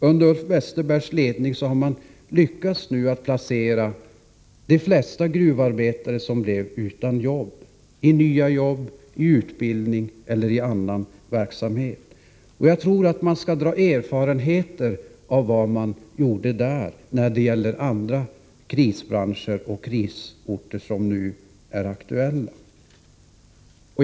Under Ulf Westerbergs ledning har man lyckats placera de flesta gruvarbetare som blev utan arbete; de har placerats i nya jobb, i utbildning eller i någon annan verksamhet. Jag tycker att man också i andra krisbranscher och på andra krisorter som nu är aktuella skall dra erfarenheter av vad man gjort där.